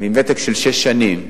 עם ותק של שש שנים,